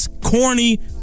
Corny